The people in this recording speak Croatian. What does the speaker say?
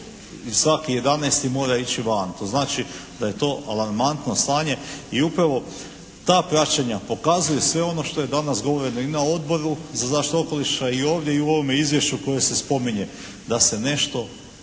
svaki 11. mora ići van. To znači da je to alarmantno stanje i upravo ta praćenja pokazuju sve ono što je danas govoreno i na Odboru za zaštitu okoliša i ovdje u ovome izvješću koje se spominje da se nešto